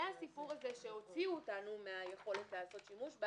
הסיפור הזה שהוציאו אותנו מהיכולת לעשות שימוש בה